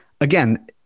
again